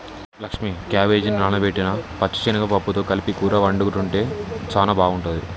లక్ష్మీ క్యాబేజిని నానబెట్టిన పచ్చిశనగ పప్పుతో కలిపి కూర వండుకుంటే సానా బాగుంటుంది